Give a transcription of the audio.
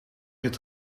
het